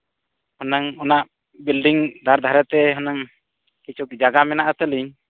ᱦᱩᱱᱟᱹᱝ ᱚᱱᱟ ᱵᱤᱞᱰᱤᱝ ᱫᱷᱟᱨᱮ ᱫᱷᱟᱨᱮᱛᱮ ᱦᱩᱱᱟᱹᱝ ᱠᱤᱪᱷᱩ ᱡᱟᱭᱜᱟ ᱢᱮᱱᱟᱜᱼᱟ ᱛᱟᱹᱞᱤᱧ